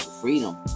Freedom